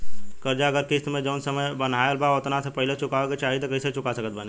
कर्जा अगर किश्त मे जऊन समय बनहाएल बा ओतना से पहिले चुकावे के चाहीं त कइसे चुका सकत बानी?